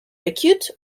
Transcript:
acute